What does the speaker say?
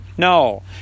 No